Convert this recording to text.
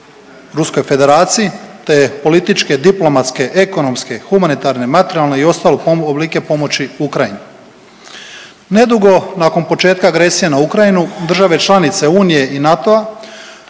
Ruskoj Federaciji te političke, diplomatske, ekonomske, humanitarne, materijalne i ostale oblike pomoći Ukrajini. Nedugo nakon početka agresije na Ukrajinu, države članice Unije i NATO-a